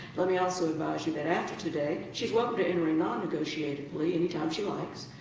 let me also advise you that after today, she's welcome to enter a non-negotiated plea anytime she likes,